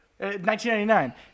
1999